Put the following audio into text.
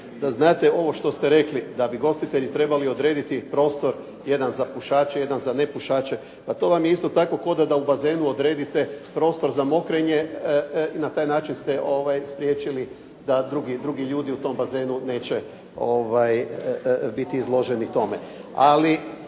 da znate ovo što ste rekli, da bi ugostitelji trebali odrediti prostor jedan za pušače, jedan za nepušače, pa to je vam je isto tako kao da u bazenu odredite prostor za mokrenje. I na taj način ste spriječili da drugi ljudi u tom bazenu neće biti izloženi tome. Ali